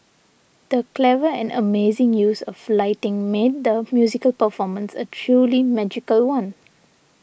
the clever and amazing use of lighting made the musical performance a truly magical one